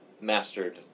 mastered